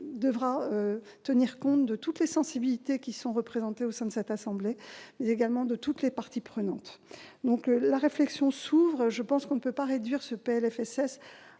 devra tenir compte de toutes les sensibilités représentées au sein de cette assemblée, mais également de toutes les parties prenantes. La réflexion ne fait que commencer. On ne peut donc réduire le PLFSS